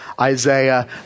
Isaiah